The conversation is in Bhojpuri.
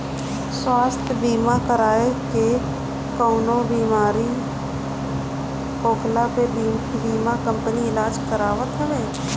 स्वास्थ्य बीमा कराए से कवनो बेमारी होखला पे बीमा कंपनी इलाज करावत हवे